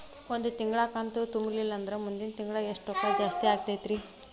ಒಂದು ತಿಂಗಳಾ ಕಂತು ತುಂಬಲಿಲ್ಲಂದ್ರ ಮುಂದಿನ ತಿಂಗಳಾ ಎಷ್ಟ ರೊಕ್ಕ ಜಾಸ್ತಿ ಆಗತೈತ್ರಿ?